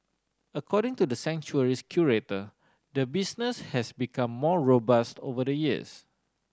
according to the sanctuary's curator the business has become more robust over the years